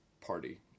party